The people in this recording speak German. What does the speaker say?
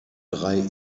drei